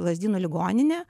lazdynų ligoninę